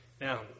Now